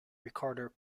ricardo